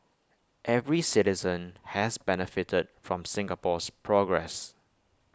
every citizen has benefited from Singapore's progress